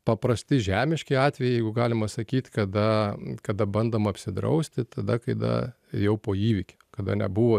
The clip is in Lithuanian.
paprasti žemiški atvejai jeigu galima sakyt kada kada bandoma apsidrausti tada kaida jau po įvykio kada nebuvo